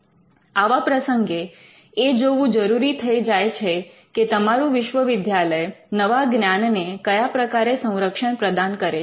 આવા પ્રસંગે એ જોવું જરૂરી થઇ જાય છે કે તમારું વિશ્વવિદ્યાલય નવા જ્ઞાનને કયા પ્રકારે સંરક્ષણ પ્રદાન કરે છે